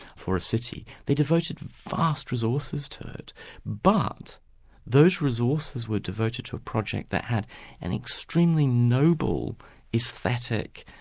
for a city. they devoted vast resources to it. but those resources were devoted to a project that had an extremely noble aesthetic,